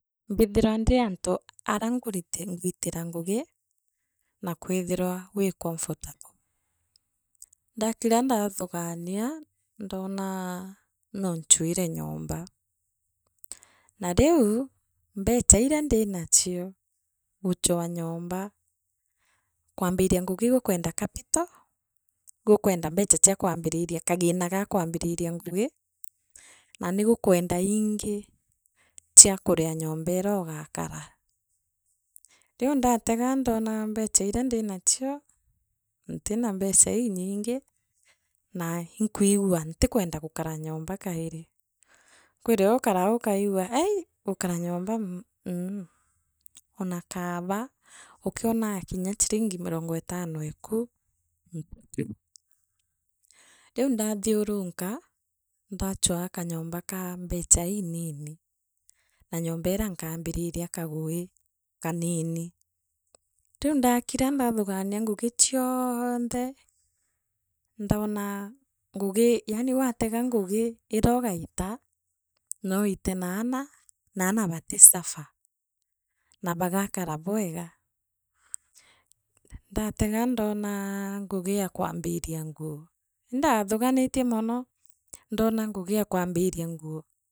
Mbithira ndi antu ara nguitira ngugi, na kwithirwa wi comfortable. Ndaakira ndathugania, ndonaa nochuire nyomba. Na riu, mbeca ira ndiina elo, guchoa nyomba, kwambiria ngugi iiu gukwenda eafital. igukwenda. Mbeca eia kwambiriria kagina go kwambirira ngugi na nigokwonda iingi elo, ntiina mbeca iiinyiingi, na inkwigua ntikwenda gukara nyomba kairi. Kwirio ukaraa ukaigua aii! ngukara nyomba mmh ona kaaba ukionaa ciringi kimya mirongo itanoeku, ntuku. Riu ndathiurunika, ndochwaa kanyomba ka mbeca iiniini ma nyomba irra nkaambiria kagui kanini. Riu ndakira ndathugania ngugi cioonthe, ndona ngugi, yani watega ngugi ira ugaita, no ite na aana, na aana bati suffer. Na bagakara bwega. Ndatega ndonaa, ngugi ya kwambiria nguo, indathuganitie mono. ndona ngugi e kwambiria nguo.